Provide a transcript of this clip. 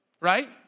right